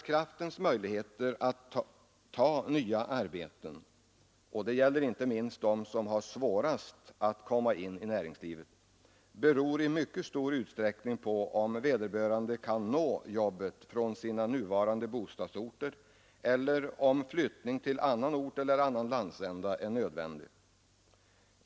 Människornas möjligheter att ta nya arbeten — och det gäller inte minst dem som har svårast att komma in i näringslivet — beror i mycket stor utsträckning på om de kan nå jobbet från sina nuvarande bostadsorter eller om flyttning till annan ort eller annan landsända är nödvändig.